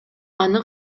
аны